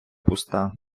пуста